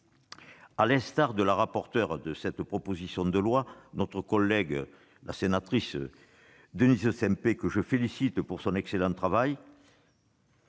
À l'instar de la rapporteure de cette proposition de loi, notre collègue Denise Saint-Pé, que je félicite pour son excellent travail,